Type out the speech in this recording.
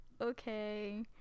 Okay